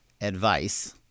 advice